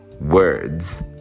Words